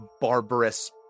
barbarous